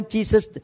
Jesus